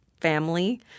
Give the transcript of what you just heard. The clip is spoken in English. family